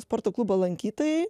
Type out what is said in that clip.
sporto klubo lankytojai